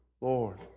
Lord